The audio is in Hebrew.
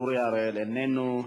אורי אריאל איננו,